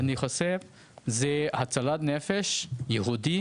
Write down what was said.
אני חושב זה הצלת נפש יהודי